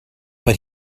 but